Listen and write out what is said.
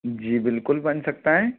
जी बिल्कुल बन सकता है